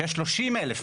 שיש 30,000 ממתינים.